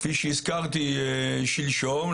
כפי שהזכרתי שלשום,